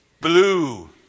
Blue